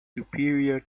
superior